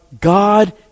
God